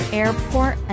airport